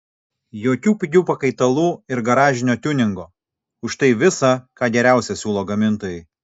jokių pigių pakaitalų ir garažinio tiuningo užtai visa ką geriausia siūlo gamintojai